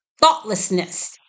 thoughtlessness